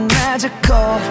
magical